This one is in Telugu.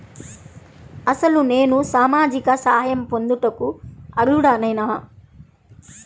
అసలు నేను సామాజిక సహాయం పొందుటకు అర్హుడనేన?